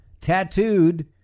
tattooed